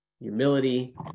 humility